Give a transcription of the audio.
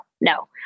No